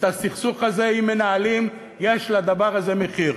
את הסכסוך הזה, אם מנהלים, יש לדבר הזה מחיר.